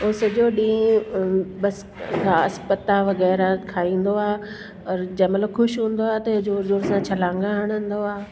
हो सॼो ॾींहुं अ बसि घास पत्ता वग़ैरह खाईंदो आहे और जंहिंमहिल ख़ुशि हूंदो आहे त जोर जोर सां छलांगा हणंदो आहे